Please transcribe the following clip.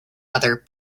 other